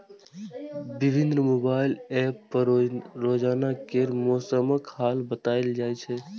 विभिन्न mobile app पर रोजाना केर मौसमक हाल बताएल जाए छै